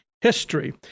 history